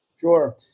Sure